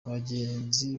abagenzi